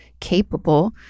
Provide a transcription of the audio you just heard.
capable